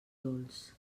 dolç